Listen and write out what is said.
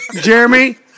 Jeremy